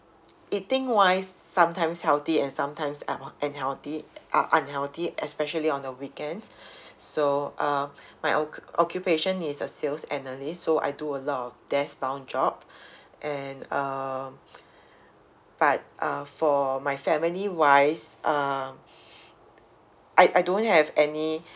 eating wise sometimes healthy and sometimes unheal~ and healthy uh unhealthy especially on the weekends so uh my occu~ occupation is a sales analyst so I do a lot of desk bound job and um but uh for my family wise um I I don't have any